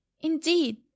indeed